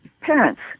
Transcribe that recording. parents